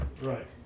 right